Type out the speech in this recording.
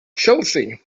chelsea